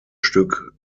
stück